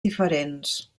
diferents